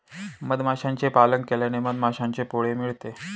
मधमाशांचे पालन केल्याने मधमाशांचे पोळे मिळते